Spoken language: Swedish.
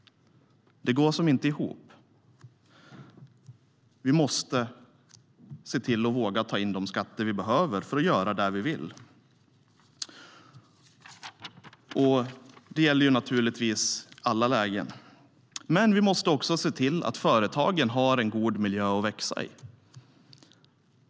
Det går inte ihop. Vi måste våga ta in de skatter vi behöver för att göra det vi vill. Det gäller i alla lägen. Vi måste också se till att företagen har en god miljö att växa i.